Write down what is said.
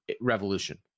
Revolution